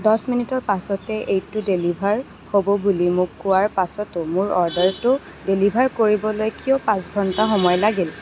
দহ মিনিটৰ পাছতে এইটো ডেলিভাৰ হ'ব বুলি মোক কোৱাৰ পাছতো মোৰ অৰ্ডাৰটো ডেলিভাৰ কৰিবলৈ কিয় পাঁচ ঘণ্টা সময় লাগিল